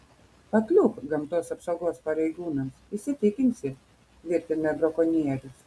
pakliūk gamtos apsaugos pareigūnams įsitikinsi tvirtina brakonierius